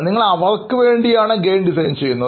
നിങ്ങൾ അവർക്ക് വേണ്ടിയാണ് ഗെയിം ഡിസൈൻ ചെയ്യുന്നത്